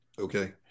Okay